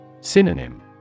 Synonym